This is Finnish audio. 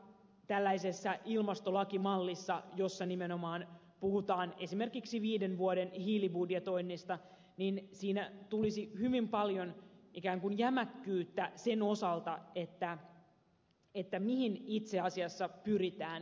tällaisessa ilmastolakimallissa jossa nimenomaan puhutaan esimerkiksi viiden vuoden hiilibudjetoinnista tulisi hyvin paljon ikään kuin jämäkkyyttä sen osalta mihin itse asiassa pyritään